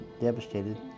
devastated